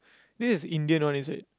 this is Indian one is it